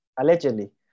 allegedly